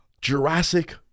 Jurassic